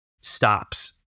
stops